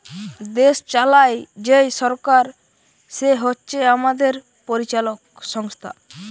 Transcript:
দেশ চালায় যেই সরকার সে হচ্ছে আমাদের পরিচালক সংস্থা